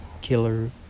Killer